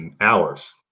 hours